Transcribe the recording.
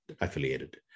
affiliated